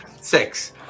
Six